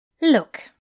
Look